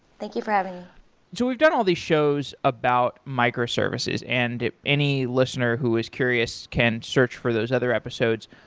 thank you for having me so we've done all these shows about microservices and any listener who is curious can search for those other episodes.